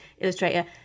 illustrator